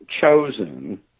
chosen